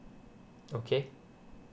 okay